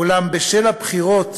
אולם בשל הבחירות